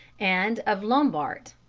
and of lombart,